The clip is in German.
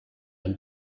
ein